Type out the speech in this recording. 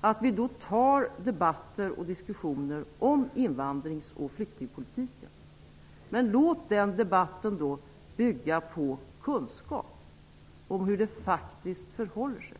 har en förpliktelse att ta upp debatter och diskussioner om invandrar och flyktingpolitiken. Men låt den debatten bygga på kunskap om hur det faktiskt förhåller sig.